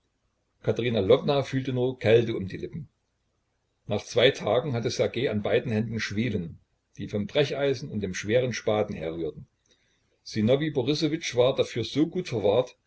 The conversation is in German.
katerina lwowna fühlte nur kälte um die lippen nach zwei tagen hatte ssergej an beiden händen schwielen die vom brecheisen und dem schweren spaten herrührten sinowij borissowitsch war dafür so gut verwahrt